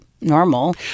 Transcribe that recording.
normal